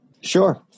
Sure